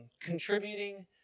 contributing